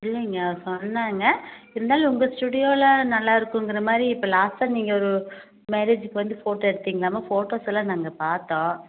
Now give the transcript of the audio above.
இல்லைங்க அவங்க சொன்னாங்கள் இருந்தாலும் உங்கள் ஸ்டூடியோவில் நல்லாயிருக்குதுங்குற மாதிரி இப்போ லாஸ்ட்டாக நீங்கள் ஒரு மேரேஜ்ஜிக்கு வந்து ஃபோட்டோ எடுத்திங்களாமே ஃபோட்டோஸ்ஸெல்லாம் நாங்கள் பார்த்தோம்